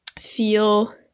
feel